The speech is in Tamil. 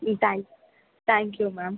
ம் தேங்க்ஸ் தேங்க்யூ மேம்